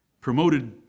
promoted